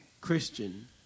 Christian